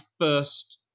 first